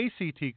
ACT